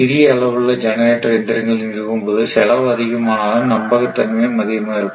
சிறிய அளவுள்ள ஜெனரேட்டர் எந்திரங்களை நிறுவும்போது செலவு அதிகமானாலும் நம்பகத்தன்மையும் அதிகமாக இருக்கும்